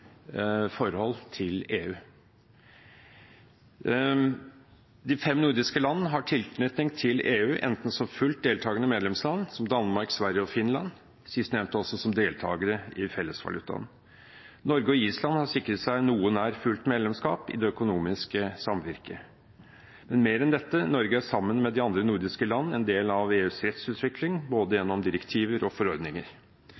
fem nordiske land har tilknytning til EU enten som fullt deltakende medlemsland, som Danmark, Sverige og Finland, sistnevnte også som deltakere i den felles valutaen, eller som Norge og Island, som har sikret seg noe nær fullt medlemskap i det økonomiske samvirket. Men mer enn dette: Norge er, sammen med de andre nordiske land, en del av EUs rettsutvikling gjennom både